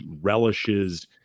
relishes –